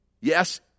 Yes